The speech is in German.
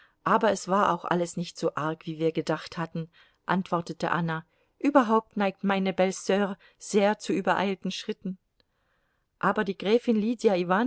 aber es war auch alles nicht so arg wie wir gedacht hatten antwortete anna überhaupt neigt meine belle sur sehr zu übereilten schritten aber die gräfin lydia